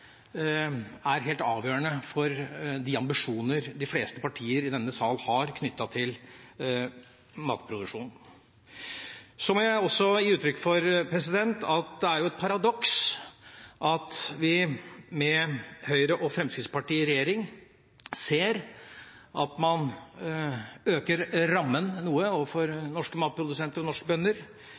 er helt avgjørende for de ambisjonene de fleste partier i denne sal har for matproduksjon. Så må jeg også gi uttrykk for at det er et paradoks at vi med Høyre og Fremskrittspartiet i regjering ser at man øker rammen noe overfor norske matprodusenter og norske bønder,